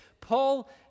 Paul